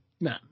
No